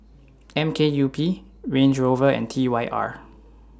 M K U P Range Rover and T Y R